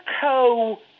co